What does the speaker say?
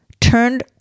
turned